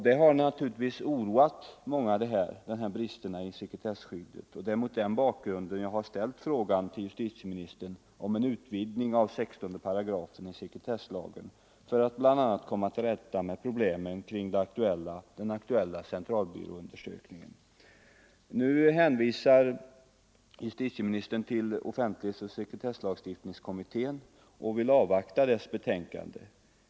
Dessa brister i sekretesskyddet har naturligtvis oroat många, och det är mot den bakgrunden jag har ställt frågan till justitieministern om en utvidgning av 16 § i sekretesslagen för att bl.a. komma till rätta med problemen kring den aktuella centralbyråundersökningen. Nu hänvisar justitieministern till offentlighets-och sekretesslagstiftningskommittén och vill avvakta dess betänkande.